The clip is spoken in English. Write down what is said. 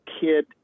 kid